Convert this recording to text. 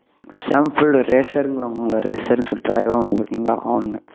same field ரேஸருங்க அவங்க ரேஸருன்னு சொல்லிட்டு அலைவானுவோ பார்த்திங்களா அவனுங்க